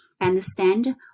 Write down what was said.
understand